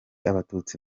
abatutsi